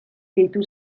gehitu